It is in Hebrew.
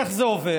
איך זה עובד?